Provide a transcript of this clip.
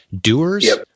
Doers